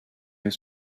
his